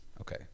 Okay